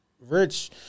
Rich